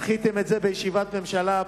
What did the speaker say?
ודחיתם את זה בישיבת ממשלה.